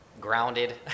Grounded